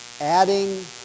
adding